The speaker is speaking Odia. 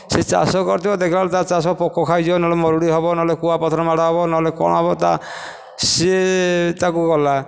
ସେ ଚାଷ କରିଥିବ ଦେଖିଲା ବେଳକୁ ତା ଚାଷ ପୋକ ଖାଇଯିବ ନହେଲେ ମରୁଡ଼ି ହେବ ନହେଲେ କୁଆପଥର ମାଡ଼ ହେବ ନହେଲେ କ'ଣ ହେବ ତା ସିଏ ତାକୁ ଗଲା